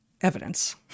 evidence